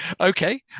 Okay